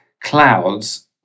clouds